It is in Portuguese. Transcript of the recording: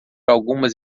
algumas